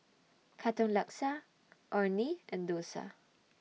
Katong Laksa Orh Nee and Dosa